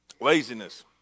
Laziness